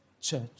church